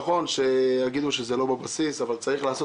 נכון שיגידו שזה לא בבסיס אבל צריך לעשות